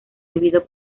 debido